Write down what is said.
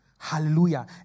hallelujah